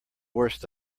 worst